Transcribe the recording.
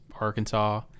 Arkansas